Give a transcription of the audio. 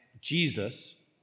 Jesus